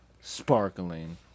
sparkling